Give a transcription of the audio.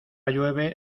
llueve